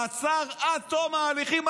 מעצר עד תום ההליכים,